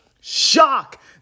shock